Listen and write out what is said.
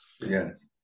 Yes